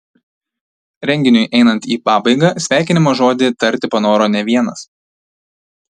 renginiui einant į pabaigą sveikinimo žodį tarti panoro ne vienas